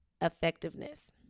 effectiveness